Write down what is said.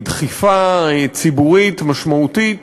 דחיפה ציבורית משמעותית